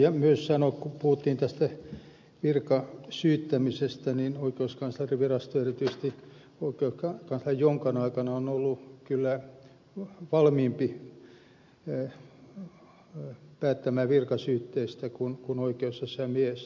voidaan myös sanoa kun puhuttiin tästä virkasyyttämisestä että oikeuskanslerinvirasto erityisesti oikeuskansleri jonkan aikana on ollut kyllä valmiimpi päättämään virkasyytteestä kuin oikeusasiamies